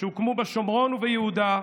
שהוקמו בשומרון וביהודה,